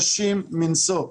קשים מנשוא.